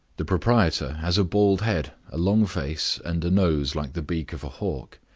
the proprietor has a bald head, a long face, and a nose like the beak of a hawk.